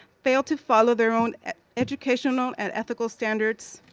fail to follow their own educational and ethical standards.